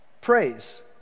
Praise